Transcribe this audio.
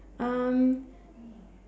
um